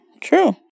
True